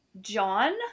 John